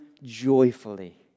Joyfully